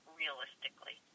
realistically